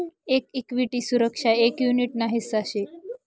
एक इक्विटी सुरक्षा एक युनीट ना हिस्सा शे